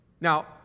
Now